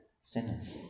sinners